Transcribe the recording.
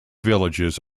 villages